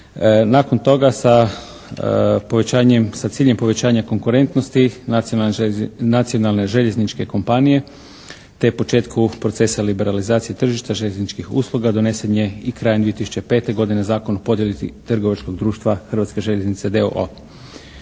povećanjem, sa ciljem povećanja konkurentnosti nacionalne željezničke kompanije te početku procesa liberalizacije tržišta željezničkih usluga donesen je i krajem 2005. godine Zakon o podjeli trgovačkog društva Hrvatske željeznice